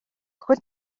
хөл